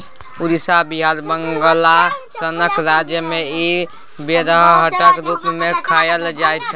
उड़ीसा, बिहार, बंगाल सनक राज्य मे इ बेरहटक रुप मे खाएल जाइ छै